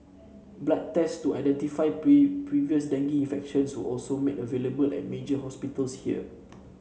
blood tests to identify previous dengue infection were also made available at major hospitals here